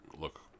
look